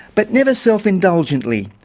but never self-indulgently.